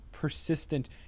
persistent